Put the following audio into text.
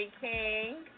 King